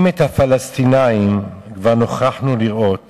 אם את הפלסטינים, כבר נוכחנו לראות